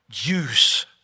use